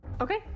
Okay